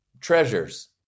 treasures